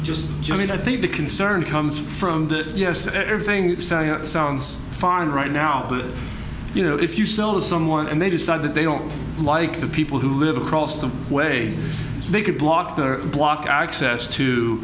just joining i think the concern comes from that yes everything sounds fine right now but you know if you so someone and they decide that they don't like the people who live across the way they could block their block access to